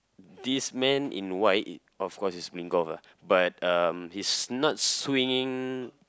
this man in white of course he's playing golf lah but um he's not swinging